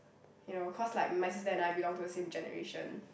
you know cause like my sister and I belong to the same generation